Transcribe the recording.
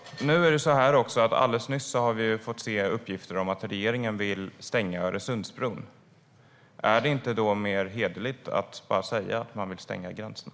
Alldeles nyss har vi fått se uppgifter om att regeringen vill stänga Öresundsbron. Är det inte då mer hederligt att bara säga att man vill stänga gränserna?